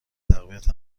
تقویت